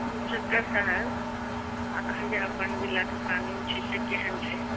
inspector साहेब अखन जे अपन जिलाके कानून छै से केहन छै